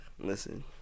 Listen